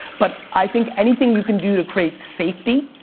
but i think anything you can do to create safety